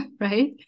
right